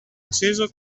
acceso